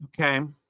okay